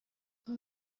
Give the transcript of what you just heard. اون